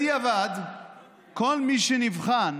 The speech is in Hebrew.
בדיעבד כל מי שנבחן